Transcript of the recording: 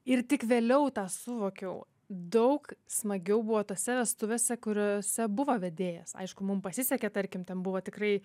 ir tik vėliau tą suvokiau daug smagiau buvo tose vestuvėse kuriose buvo vedėjas aišku mum pasisekė tarkim ten buvo tikrai